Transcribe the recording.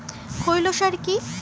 খৈল সার কি?